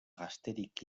gazterik